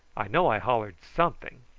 i know i hollered something.